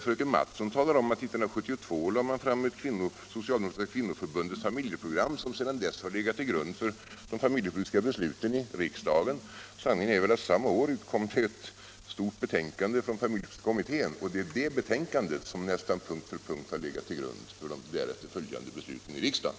Fröken Mattson talade om att man 1972 lade fram Socialdemokraktiska kvinnoförbundets familjeprogram, som sedan dess har legat till grund för de familjepolitiska besluten i riksdagen. Sanningen är väl att samma år utkom ett stort betänkande från familjerättskommittén, och det är det betänkandet som nästan punkt för punkt har legat till grund för de därefter följande besluten i riksdagen.